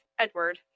Edward